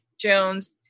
Jones